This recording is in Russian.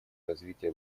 развития